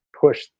push